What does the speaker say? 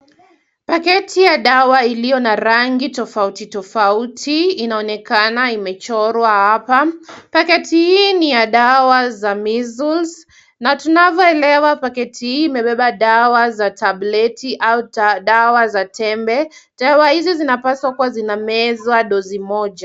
Paketi ya dawa iliyo na rangi tofauti tofauti inaonekana imechorwa hapa. Paketi hii ni ya dawa za mizuz na tuanavyoelewa paketi hii imebeba dawa za tableti au dawa za tembe. Dawa hizi zinapaswa kuwa zinamezwa dozi moja.